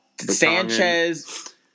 Sanchez